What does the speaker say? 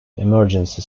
emergency